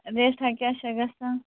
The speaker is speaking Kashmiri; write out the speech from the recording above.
ریٹ کیٛاہ چھِا گَژھان